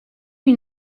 myn